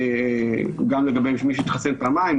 גם לגבי מי שהתחסן פעמיים,